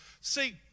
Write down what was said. See